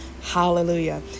Hallelujah